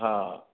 ହଁ